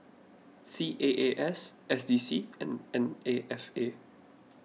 C A A S S D C and N N A F A